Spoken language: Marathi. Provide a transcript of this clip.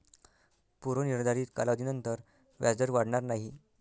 पूर्व निर्धारित कालावधीनंतर व्याजदर वाढणार नाही